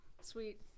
Sweet